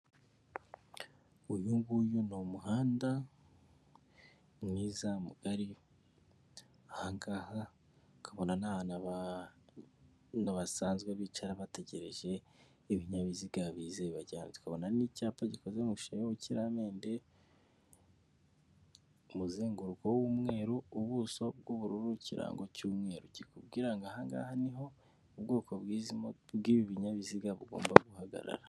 Uyu nguyu ni umuhanda mwiza mugari, ahangaha ukabona n'ahantu abantu basanzwe bicara bategereje ibinyabiziga ngo bize bibajyane, tukabona n'icyapa gikoze mu ishusho y'umukiramende, umuzenguruko w'umweru, ubuso bw'ubururu ikirango cy'umweru, ikintu ngo aha ngaha ni ho hantu niho, ni ubwoko bw'ibi binyabiziga bugomba guhagarara.